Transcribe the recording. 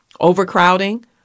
Overcrowding